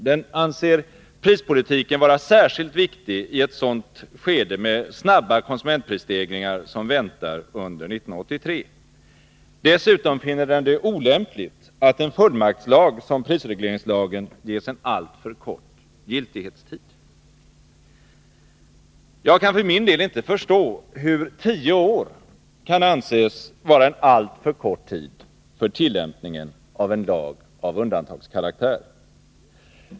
Den anser prispolitiken vara särskilt viktig i ett skede med snabba konsumentprisstegringar, som det vi väntar oss 1983. Dessutom finner den det olämpligt att en fullmaktslag som prisregleringslagen ges en alltför kort giltighetstid. Jag kan för min del inte förstå hur tio år kan anses vara en alltför kort tid för tillämpningen av en lag av undantagskaraktär.